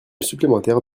supplémentaire